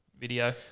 video